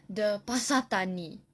the pasar tani